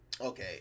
Okay